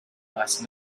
last